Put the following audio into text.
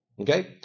Okay